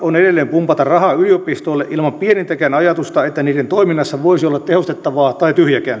pumpata rahaa yliopistoille ilman pienintäkään ajatusta että niiden toiminnassa voisi olla tehostettavaa tai tyhjäkäyntiä